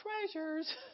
treasures